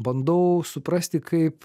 bandau suprasti kaip